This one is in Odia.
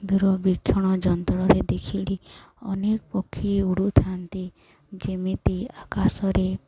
ଦୂରବୀକ୍ଷଣ ଯନ୍ତ୍ରରେ ଦେଖିଲି ଅନେକ ପକ୍ଷୀ ଉଡ଼ୁଥାନ୍ତି ଯେମିତି ଆକାଶରେ